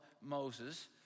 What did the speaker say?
Moses